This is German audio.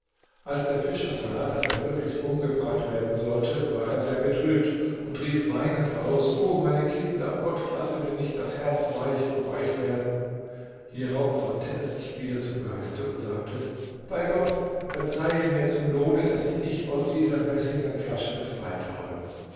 als der fischer sah daß er wirklich umgebracht werden sollte war er sehr betrübt und rief weinend aus o meine kinder gott lasse mir nicht das herz weich um euch werden hierauf wandte er sich wieder zum geiste und sagte bei gott verzeihe mir zum lohne daß ich dich aus dieser messingnen flasche befreit habe